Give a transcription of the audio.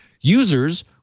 Users